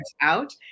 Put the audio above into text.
out